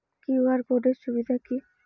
QR code এর সুবিধা কি?